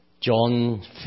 John